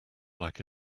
like